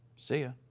see you.